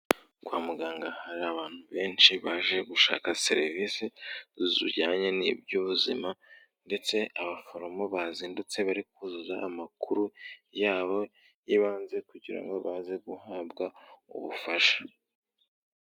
Kwa muganga hari abantu benshi baje gushaka serivisi zijyanye n'iby'ubuzima ndetse abaforomo bazindutse bari kuzuza amakuru, yabo y'ibanze kugira ngo baze guhabwa ubufasha.